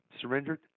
surrendered